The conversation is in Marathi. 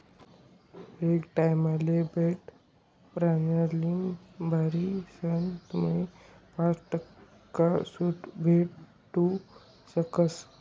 एकच टाइमले बठ्ठ प्रीमियम भरीसन तुम्हाले पाच टक्का सूट भेटू शकस